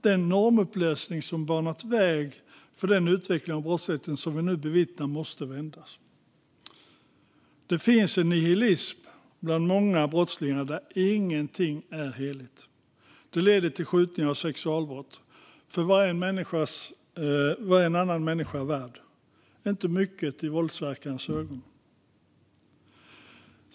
Den normupplösning som banat väg för den utveckling av brottsligheten som vi nu bevittnar måste vändas. Det finns en nihilism bland många brottslingar där ingenting är heligt. Det leder till skjutningar och sexualbrott, för vad är en annan människa värd? Inte mycket i våldsverkarnas ögon.